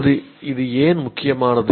இப்போது இது ஏன் முக்கியமானது